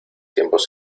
tiempos